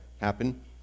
happen